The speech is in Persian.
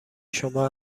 شما